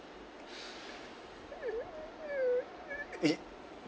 err yes